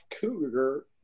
cougar